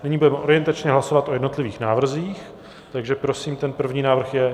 Nyní budeme orientačně hlasovat o jednotlivých návrzích, takže prosím ten první návrh je?